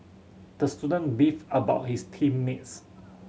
the student beefed about his team mates